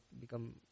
become